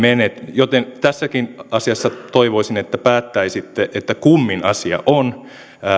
joten tässäkin asiassa toivoisin että päättäisitte kummin asia on